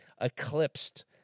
eclipsed